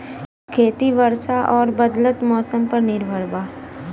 खेती वर्षा और बदलत मौसम पर निर्भर बा